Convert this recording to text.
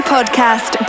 Podcast